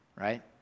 right